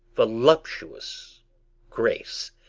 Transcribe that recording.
voluptuous grace,